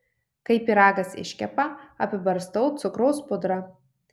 kai pyragas iškepa apibarstau cukraus pudra